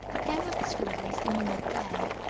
gather the strawberries in the mid-day,